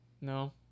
No